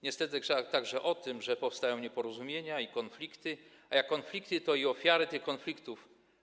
Niestety także o tym, że powstają nieporozumienia i konflikty, a jak konflikty, to i ofiary tych konfliktów.